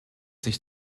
sich